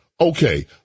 Okay